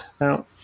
now